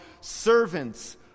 servants